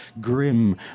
grim